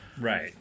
Right